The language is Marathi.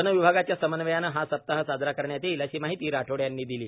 वन विभागाच्या समन्वयाने हा सप्ताह साजरा करण्यात येईल अशी माहिती राठोड यांनी दिली